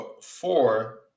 four